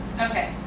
Okay